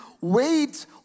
wait